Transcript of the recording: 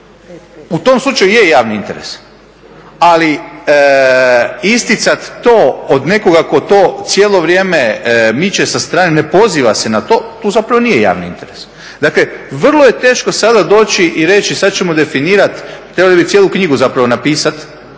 U tom slučaju je javni interes, ali isticati to od nekoga tko to cijelo vrijeme miče sa strane ne poziva se na to, tu zapravo nije javni interes. Dakle vrlo je teško doći i reći sada ćemo definirati trebali bi cijelu knjigu zapravo napisati